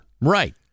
Right